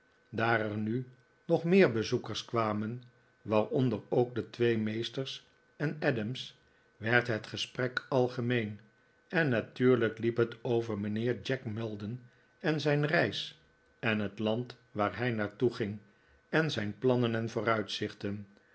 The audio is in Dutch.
daar er nu nog meer bezoekers kwamen waaronder ook de twee meesters en adams werd het gesprek algemeen en natuurlijk liep het over mijnheer jack maldon en zijn reis en het land waar hij naar toeging en zijn plannen en vooruitzichten